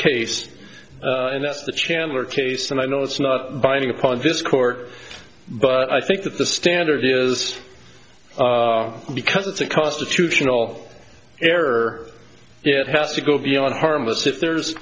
that's the chandler case and i know it's not binding upon this court but i think that the standard is because it's a constitutional error it has to go beyond harmless if there's